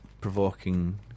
provoking